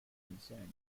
concerned